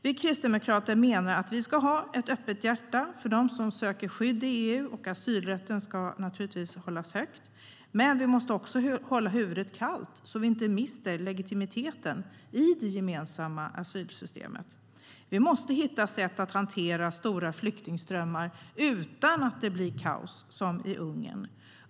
Vi kristdemokrater menar att vi ska ha ett öppet hjärta för dem som söker skydd i EU, och asylrätten ska naturligtvis hållas högt, men vi måste också hålla huvudet kallt så att vi inte mister legitimiteten i det gemensamma asylsystemet. Vi måste hitta sätt att hantera stora flyktingströmmar utan att det blir kaos som i Ungern.